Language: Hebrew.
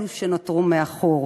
אלו שנותרו מאחור,